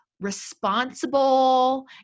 responsible